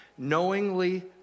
knowingly